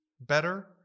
better